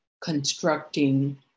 constructing